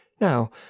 Now